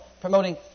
promoting